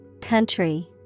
country